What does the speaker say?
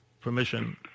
permission